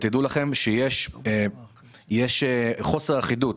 תדעו לכם שיש חוסר אחידות